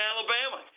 Alabama